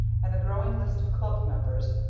and the growing list of club members,